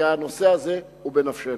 כי הנושא הזה הוא בנפשנו.